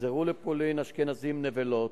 "תחזרו לפולין אשכנזים נבלות"